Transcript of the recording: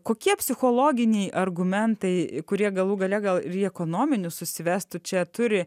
kokie psichologiniai argumentai kurie galų gale gal ir į ekonominius susivestų čia turi